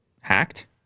Hacked